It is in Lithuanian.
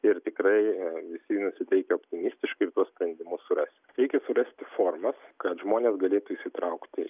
ir tikrai visi nusiteikę optimistiškai tuos sprendimus surasti reikia surasti formas kad žmonės galėtų įsitraukti